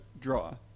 draw